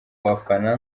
bafana